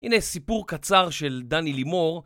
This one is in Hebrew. הנה סיפור קצר של דני לימור